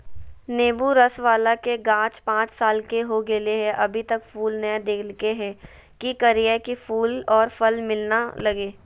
नेंबू रस बाला के गाछ पांच साल के हो गेलै हैं अभी तक फूल नय देलके है, की करियय की फूल और फल मिलना लगे?